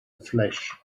flesh